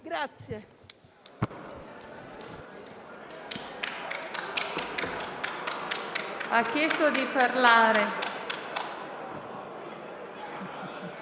Grazie,